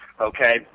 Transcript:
Okay